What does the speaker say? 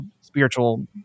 spiritual